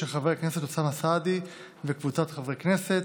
של חבר הכנסת אוסאמה סעדי וקבוצת חברי הכנסת,